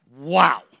Wow